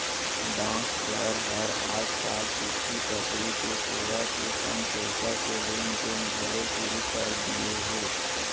डाकघर हर आज काल चिट्टी पतरी के सेवा के संग पइसा के लेन देन घलौ सुरू कर दिये हे